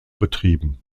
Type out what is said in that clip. betrieben